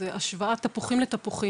זו השוואה של תפוחים לתפוחים.